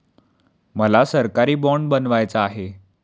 मला सरकारी बाँड बनवायचा आहे